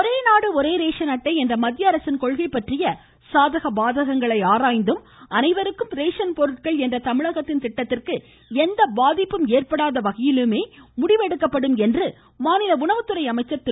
காமராஜ் கவனஈர்ப்பு ஒரே நாடு ஒரே ரேசன் அட்டை என்ற மத்திய அரசின் கொள்கை பற்றிய சாதக பாதகங்களை ஆராய்ந்தும் அனைவருக்கும் ரேசன் பொருட்கள் என்ற தமிழகத்தின் திட்டத்திற்கு எந்த பாதகமும் ஏற்படாத வகையிலுமே முடிவு செய்யப்படும் என்று மாநில உணவுத்துறை அமைச்சர் திரு